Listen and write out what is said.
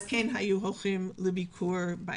כן היו הולכים לביקור בית.